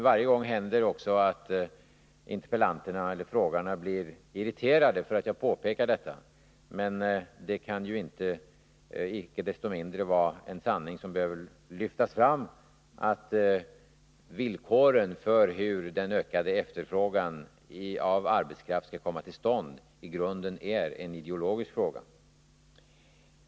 Varje gång händer också att interpellanterna eller frågeställarna blir irriterade över att jag påpekar detta, men det kan icke desto mindre vara en sanning som behöver lyftas fram, att villkoren för hur den ökade efterfrågan på arbetskraft skall komma till stånd i grunden är en ideologisk fråga.